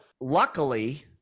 luckily